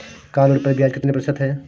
Car ऋण पर ब्याज कितने प्रतिशत है?